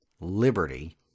liberty